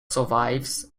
survives